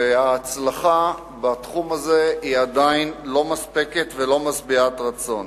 וההצלחה בתחום הזה היא עדיין לא מספקת ולא משביעת רצון.